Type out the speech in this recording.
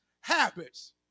habits